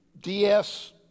DS